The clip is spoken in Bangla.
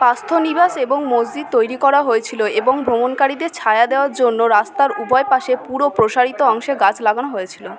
পান্থনিবাস এবং মসজিদ তৈরি করা হয়েছিল এবং ভ্রমণকারীদের ছায়া দেওয়ার জন্য রাস্তার উভয় পাশে পুরো প্রসারিত অংশে গাছ লাগানো হয়েছিল